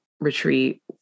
retreat